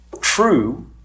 true